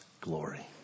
glory